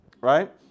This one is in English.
Right